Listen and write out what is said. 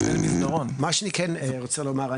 מה שאני כן רוצה לומר,